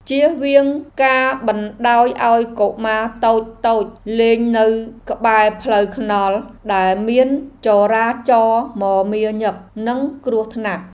ជៀសវាងការបណ្តោយឱ្យកុមារតូចៗលេងនៅក្បែរផ្លូវថ្នល់ដែលមានចរាចរណ៍មមាញឹកនិងគ្រោះថ្នាក់។